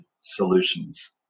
solutions